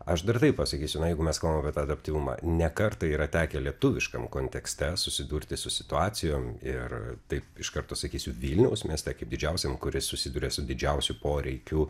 aš dar taip pasakysiu na jeigu mes kalbam apie tą adaptyvumą ne kartą yra tekę lietuviškam kontekste susidurti su situacijom ir taip iš karto sakysiu vilniaus mieste kaip didžiausiam kuris susiduria su didžiausiu poreikiu